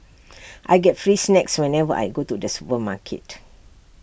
I get free snacks whenever I go to the supermarket